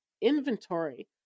inventory